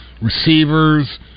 receivers